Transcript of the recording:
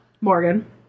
Morgan